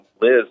Liz